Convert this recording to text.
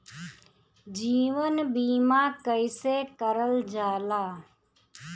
जीवन बीमा कईसे करल जाला?